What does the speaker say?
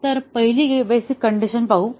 तर पहिली basic condition पाहू